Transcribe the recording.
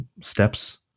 steps